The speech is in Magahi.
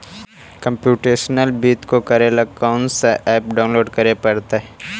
कंप्युटेशनल वित्त को करे ला कौन स ऐप डाउनलोड के परतई